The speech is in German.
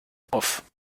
off